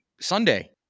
Sunday